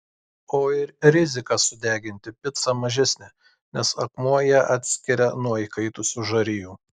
o ir rizika sudeginti picą mažesnė nes akmuo ją atskiria nuo įkaitusių žarijų